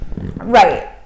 right